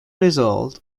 result